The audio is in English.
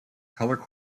color